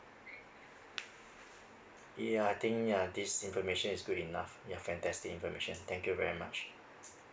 ya I think ya this information is good enough ya fantastic information thank you very much